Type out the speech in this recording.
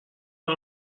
برم